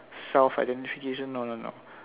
self identification no no no